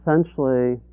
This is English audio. essentially